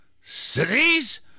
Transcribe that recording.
Cities